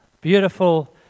Beautiful